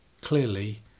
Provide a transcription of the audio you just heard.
Clearly